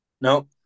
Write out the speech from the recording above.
No